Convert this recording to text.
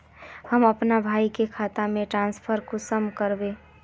हम अपना भाई के खाता में ट्रांसफर कुंसम कारबे?